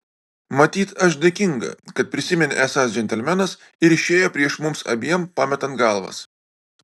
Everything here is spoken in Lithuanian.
matyt aš dėkinga kad prisiminė esąs džentelmenas ir išėjo prieš mums abiem pametant galvas